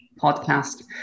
podcast